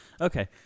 okay